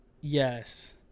yes